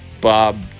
Bob